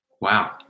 Wow